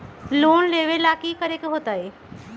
Loan लेवेला की करेके होतई?